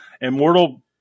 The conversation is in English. Immortal